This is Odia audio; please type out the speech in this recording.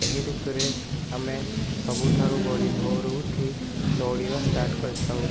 ଏହି ଋତୁରେ ଆମେ ସବୁଠାରୁ ବଡ଼ି ଭୋରରୁ ଉଠି ଦୌଡ଼ିବା ଷ୍ଟାର୍ଟ କରିଥାଉ